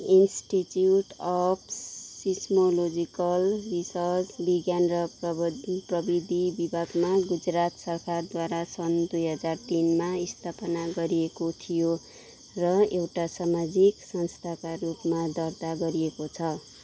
institute of seismological research विज्ञान र प्रविधि विभाग गुजरात सरकारद्वारा सन् दुई हजार तिनमा स्थापना गरिएको थियो र एउटा सामाजिक संस्थाका रूपमा दर्ता गरिएको छ